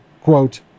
quote